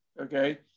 okay